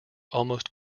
almost